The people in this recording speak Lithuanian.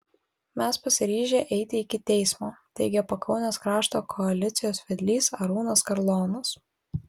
mes pasiryžę eiti iki teismo teigė pakaunės krašto koalicijos vedlys arūnas karlonas